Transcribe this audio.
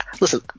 listen